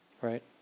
Right